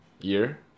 year